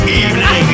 evening